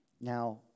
Now